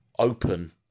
open